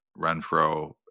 Renfro